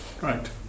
right